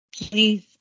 please